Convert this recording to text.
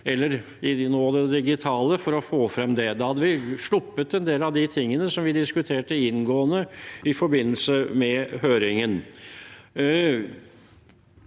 nå, i det digitale – for å få frem det. Da hadde vi sluppet en del av det vi diskuterte inngående i forbindelse med høringen.